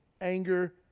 anger